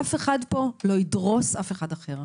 אף אחד פה לא ידרוס אף אחד אחר,